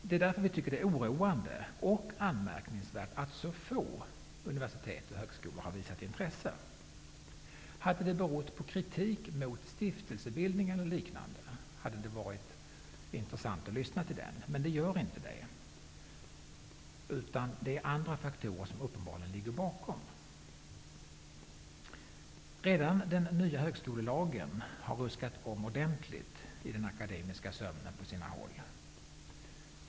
Det är därför som vi tycker att det är oroande och anmärkningsvärt att så få universitet och högskolor har visat intresse. Om det hade berott på kritik mot stiftelsebildningen och liknande, hade det varit intressant att lyssna till den. Men det gör inte det. Det är uppenbarligen andra faktorer som ligger bakom. Redan den nya högskolelagen har ruskat om ordentligt på sina håll i den akademiska sömnen.